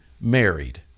married